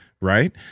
Right